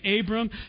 Abram